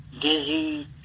dizzy